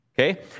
Okay